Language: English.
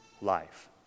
life